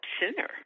sooner